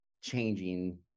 changing